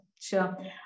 Sure